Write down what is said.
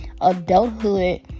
Adulthood